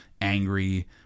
angry